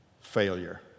failure